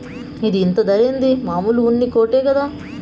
ఇది ఇంత ధరేంది, మామూలు ఉన్ని కోటే కదా